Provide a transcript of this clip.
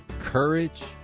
courage